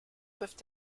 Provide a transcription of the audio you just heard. peuvent